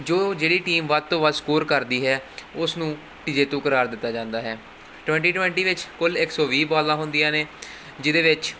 ਜੋ ਜਿਹੜੀ ਟੀਮ ਵੱਧ ਤੋਂ ਵੱਧ ਸਕੋਰ ਕਰਦੀ ਹੈ ਉਸ ਨੂੰ ਜੇਤੂ ਕਰਾਰ ਦਿੱਤਾ ਜਾਂਦਾ ਹੈ ਟਵੈਂਟੀ ਟਵੈਂਟੀ ਵਿੱਚ ਕੁੱਲ ਇੱਕ ਸੌ ਵੀਹ ਬਾਲਾਂ ਹੁੰਦੀਆਂ ਨੇ ਜਿਹਦੇ ਵਿੱਚ